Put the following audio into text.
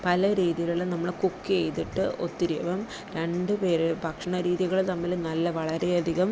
പല രീതിയിലുള്ള നമ്മൾ കുക്ക് ചെയ്തിട്ട് ഒത്തിരി അപ്പം രണ്ട് പേര് ഭക്ഷണ രീതികൾ തമ്മിൽ നല്ല വളരെ അധികം